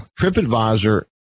Tripadvisor